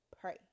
pray